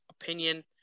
opinion